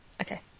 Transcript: Okay